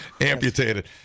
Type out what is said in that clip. amputated